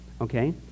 okay